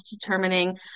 determining